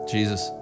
Jesus